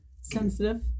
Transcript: Sensitive